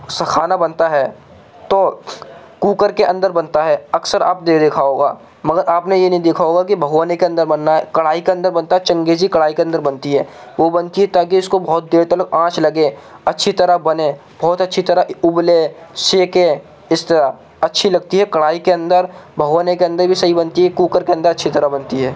اس سے کھانا بنتا ہے تو کوکر کے اندر بنتا ہے اکثر آپ نے دیکھا ہوگا مگر آپ نے یہ نہیں دیکھا ہوگا کہ بھگونے کے اندر بن رہا ہے کڑھائی کے اندر بنتا ہے چنگیزی کڑھائی کے اندر بنتی ہے وہ بنتی ہے تاکہ اس کو بہت دیر تلک آنچ لگے اچھی طرح بنے بہت اچھی طرح ابلے سینکیں اس طرح اچھی لگتی ہے کڑھائی کے اندر بھگونے کے اندر بھی صحیح بنتی ہے کوکر کے اندر اچھی طرح بنتی ہے